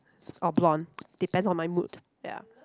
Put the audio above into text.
or blonde depends on my mood ya